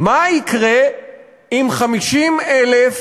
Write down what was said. מה יקרה עם 50,000